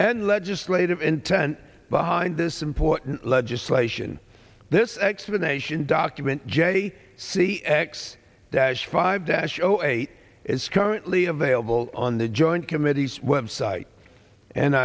and legislative intent behind this important legislation this explanation document j c x that is five dash o eight is currently available on the joint committee's website and